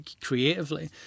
creatively